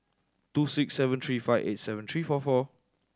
two six seven three five eight seven three four four